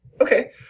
Okay